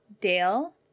Dale